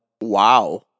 Wow